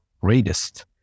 greatest